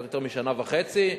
קצת יותר משנה וחצי.